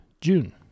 June